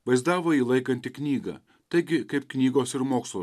vaizdavo jį laikantį knygą taigi kaip knygos ir mokslo